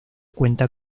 cuenta